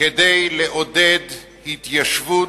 כדי לעודד התיישבות,